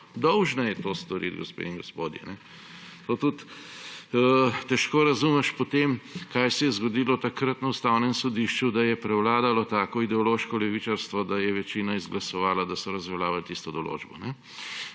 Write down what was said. Dolžna je to storiti, gospe in gospodje! Tudi težko razumeš potem, kaj se je zgodilo takrat na Ustavnem sodišču, da je prevladalo tako ideološko levičarstvo, da je večina izglasovala, da so razveljavili tisto določbo.